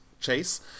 Chase